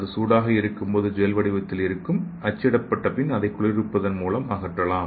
இது சூடாக இருக்கும்போது அது ஜெல் வடிவத்தில் இருக்கும் அச்சிட்ட பிறகு அதை குளிர்விப்பதன் மூலம் அகற்றலாம்